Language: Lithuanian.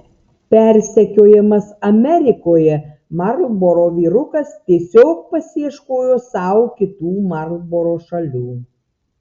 persekiojamas amerikoje marlboro vyrukas tiesiog pasiieškojo sau kitų marlboro šalių